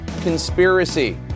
conspiracy